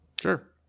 Sure